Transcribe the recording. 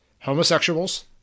homosexuals